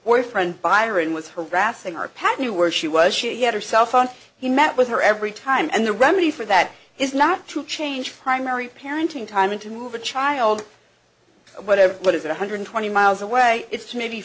boyfriend byron was harassing our pat knew where she was she had her cell phone he met with her every time and the remedy for that is not to change primary parenting time and to move a child whatever but if one hundred twenty miles away it's maybe